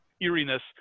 eeriness